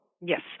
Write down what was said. Yes